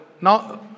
Now